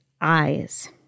eyes